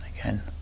again